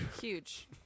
Huge